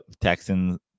texan